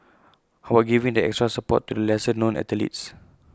how about giving that extra support to lesser known athletes